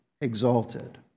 exalted